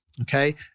Okay